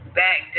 back